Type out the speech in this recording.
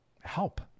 help